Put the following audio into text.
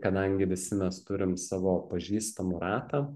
kadangi visi mes turim savo pažįstamų ratą